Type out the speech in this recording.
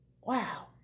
wow